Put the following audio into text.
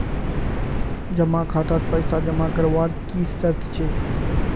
जमा खातात पैसा जमा करवार की शर्त छे?